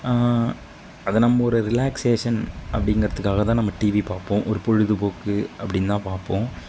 அது நம்ம ஒரு ரிலாக்ஸ்சேஷன் அப்டிங்கிறதுக்காகதான் நம்ம டிவி பார்ப்போம் ஒரு பொழுது போக்கு அப்படின்னு தான் பார்ப்போம்